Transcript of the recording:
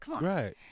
Right